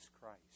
Christ